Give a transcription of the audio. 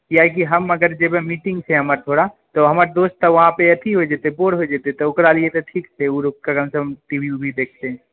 कियाकि हम अगर जैबे मीटिंग छै हमर थोड़ा तऽ हमर दोस्त सब वहाँ पर अथी होइ जेतै बोर होइ जेतै तऽ ओकरा लिअ ठीक छै ओ भी टीभी ऊभी देखतै